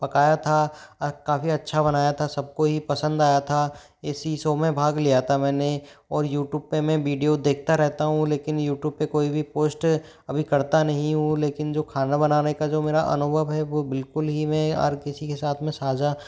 पकाया था काफ़ी अच्छा बनाया था सबको ही पसंद आया था इसी शो में भाग लिया था मैंने और यूट्यूब पे में वीडियो देखता रहता हूँ लेकिन यूट्यूब पे कोई भी पोस्ट अभी करता नहीं हूँ लेकिन जो खाना बनाने का जो मेरा अनुभव है वो बिल्कुल ही मैं आर किसी के साथ में साझा